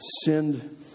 sinned